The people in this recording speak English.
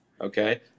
Okay